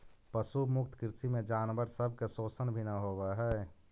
पशु मुक्त कृषि में जानवर सब के शोषण भी न होब हई